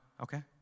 okay